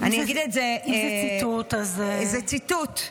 אם זה ציטוט --- זה ציטוט.